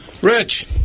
Rich